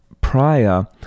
prior